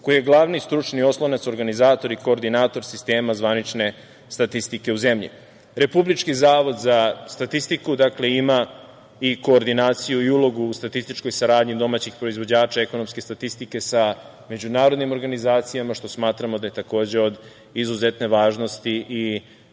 koji je glavni stručni oslonac, organizator i koordinator sistema zvanične statistike u zemlji. Republički zavod za statistiku ima i koordinaciju i ulogu u statističkoj saradnji domaćih proizvođača ekonomske statistike sa međunarodnim organizacijama, što smatramo takođe da je od izuzetne važnosti i